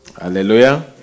Hallelujah